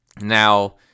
Now